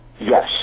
Yes